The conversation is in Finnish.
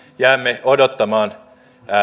jäämme odottamaan